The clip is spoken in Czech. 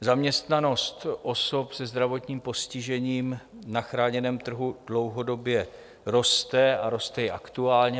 Zaměstnanost osob se zdravotním postižením na chráněném trhu dlouhodobě roste a roste i aktuálně.